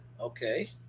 Okay